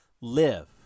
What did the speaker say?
live